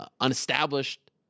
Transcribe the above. unestablished